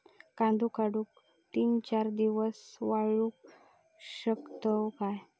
कांदो काढुन ती चार दिवस वाळऊ शकतव काय?